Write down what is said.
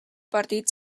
partit